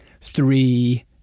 three